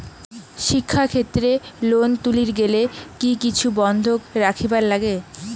শিক্ষাক্ষেত্রে লোন তুলির গেলে কি কিছু বন্ধক রাখিবার লাগে?